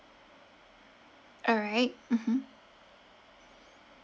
alright mmhmm